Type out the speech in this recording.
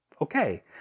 okay